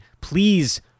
please